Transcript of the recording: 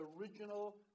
original